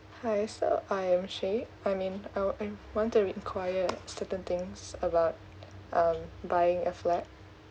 hi so I'm shaye I'm in I I want to enquire certain things about um buying a flat